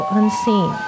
unseen